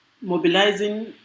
mobilizing